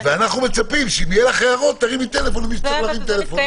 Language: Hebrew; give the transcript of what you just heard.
ואנחנו מצפים שאם יהיו לך הערות תרימי טלפון למי שצריך להרים טלפון,